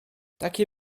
taki